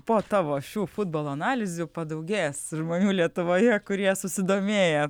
po tavo šių futbolo analizių padaugės žmonių lietuvoje kurie susidomėjo